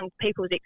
people's